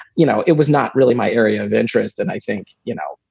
you know, it was not really my area of interest. and i think, you know,